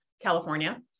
California